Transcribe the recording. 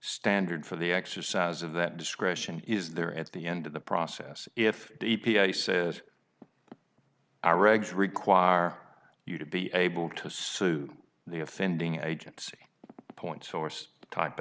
standard for the exercise of that discretion is there at the end of the process if the e p a says our regs require you to be able to sue the offending agency point source type